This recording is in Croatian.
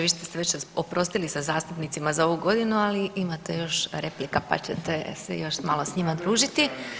Vi ste se već oprostili sa zastupnicima za ovu godinu, ali imate još replika pa ćete se još malo sa njima družiti.